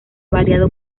variado